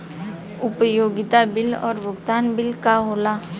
उपयोगिता बिल और भुगतान बिल का होला?